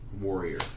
warrior